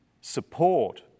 support